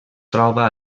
troba